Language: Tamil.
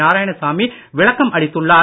நாராயணசாமி விளக்கம் அளித்துள்ளார்